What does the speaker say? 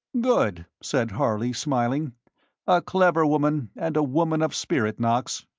good, said harley, smiling. a clever woman, and a woman of spirit, knox.